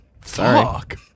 Fuck